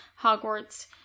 Hogwarts